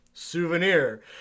Souvenir